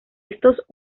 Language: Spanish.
estos